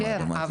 מול מד"א.